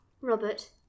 Robert